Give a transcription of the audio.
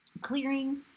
Clearing